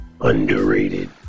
underrated